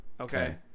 okay